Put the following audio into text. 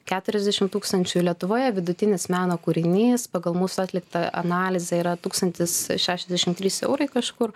keturiasdešim tūkstančių lietuvoje vidutinis meno kūrinys pagal mūsų atliktą analizę yra tūkstantis šešiasdešim trys eurai kažkur